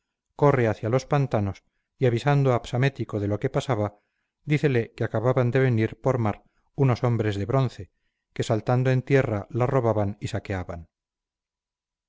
corre hacia los pantanos y avisando a psamético de lo que pasaba dícele que acababan de venir por mar unos hombres de bronce que saltando en tierra la robaban y saqueaban